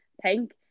pink